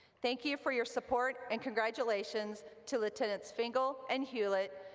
thank you for your support and congratulations to lieutenants fingal and hulett,